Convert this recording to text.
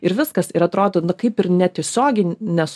ir viskas ir atrodo kaip ir netiesiogiai nes